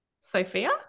sophia